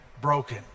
broken